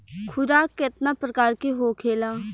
खुराक केतना प्रकार के होखेला?